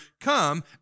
Come